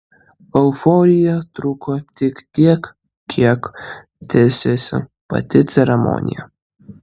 euforija truko tik tiek kiek tęsėsi pati ceremonija